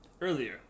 earlier